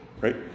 right